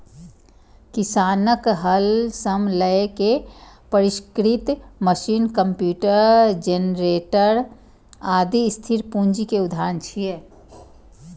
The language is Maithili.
किसानक हल सं लए के परिष्कृत मशीन, कंप्यूटर, जेनरेटर, आदि स्थिर पूंजी के उदाहरण छियै